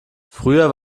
früher